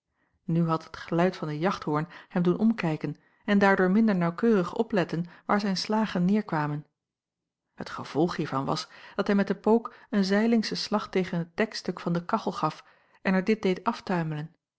nu had het geluid van den jachthoorn hem doen omkijken en daardoor minder naauwkeurig opletten waar zijn slagen neêrkwamen het gevolg hiervan was dat hij met den pook een zijlingschen slag tegen het dekstuk van de kachel gaf en er dit deed aftuimelen